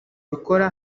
ibikora